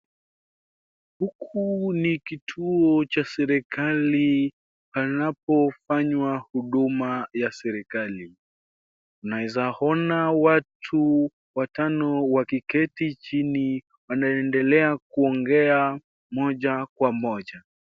Huku ni kituo cha serikali panapo fanywa huduma ya serikali .Na kuna watu watatu wakiwa wameketi chini wanaendelea kuongea moja kwa moja .